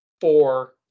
four